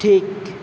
ঠিক